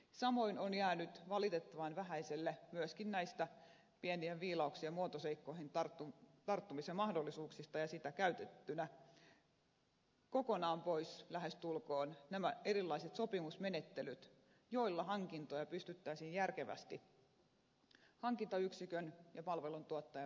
samoin ovat jääneet valitettavan vähäiselle myöskin pienien viilauksien muotoseikkoihin tarttumisen mahdollisuudet ja lähestulkoon kokonaan pois nämä erilaiset sopimusmenettelyt joilla hankintoja pystyttäisiin järkevästi hankintayksikön ja palveluntuottajan välillä tekemään